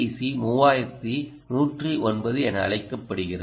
C 3109 என அழைக்கப்படுகிறது